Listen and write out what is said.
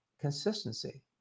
consistency